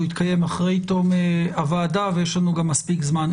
הוא יתקיים אחרי תום הוועדה ויש לנו גם מספיק זמן.